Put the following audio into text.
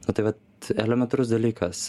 nu tai vat elementarus dalykas